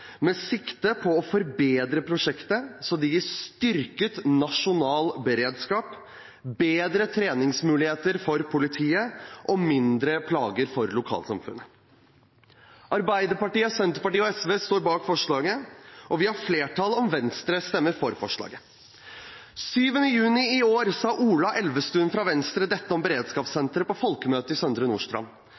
med sikte på å forbedre prosjektet så det gir styrket nasjonal beredskap, bedre treningsmuligheter for politiet og mindre plager for lokalsamfunnet. Arbeiderpartiet, Senterpartiet og SV står bak forslaget til vedtak, og vi har flertall om Venstre stemmer for forslaget. Den 7. juni i år sa Ola Elvestuen fra Venstre dette om beredskapssentret på folkemøtet i Søndre Nordstrand: